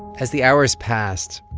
as the hours passed,